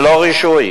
ללא רישוי.